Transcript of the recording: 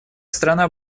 страна